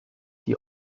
die